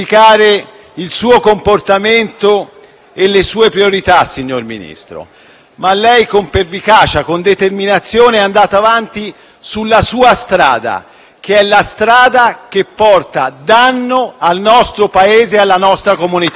e le sue priorità, signor Ministro. Ma lei, con pervicacia e determinazione, è andato avanti sulla sua strada, che porta danno al nostro Paese e alla nostra comunità nazionale.